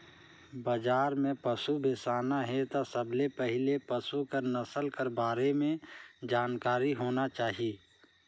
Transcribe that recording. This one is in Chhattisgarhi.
बजार में पसु बेसाना हे त सबले पहिले पसु कर नसल कर बारे में जानकारी होना चाही